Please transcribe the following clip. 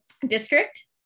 district